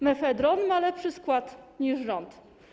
Mefedron ma lepszy skład niż rząd.